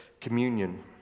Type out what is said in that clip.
communion